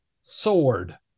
sword